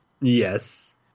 Yes